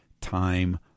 time